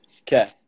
Okay